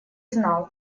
знал